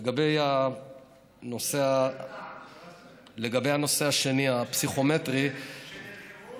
לגבי הנושא השני, הפסיכומטרי, שנרקמו